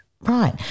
Right